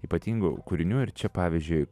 ypatingų kūrinių ir čia pavyzdžiui